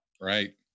Right